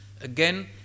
Again